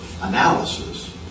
analysis